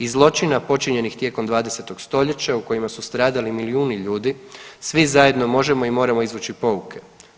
I zločina počinjenih tijekom 20. st. u kojima su stradali milijuni ljudi, svi zajedno možemo i moramo izvući pouke.